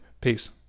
peace